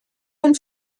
and